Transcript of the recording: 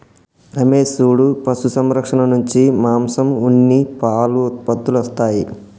రమేష్ సూడు పశు సంరక్షణ నుంచి మాంసం ఉన్ని పాలు ఉత్పత్తులొస్తాయి